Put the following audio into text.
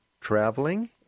traveling